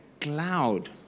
cloud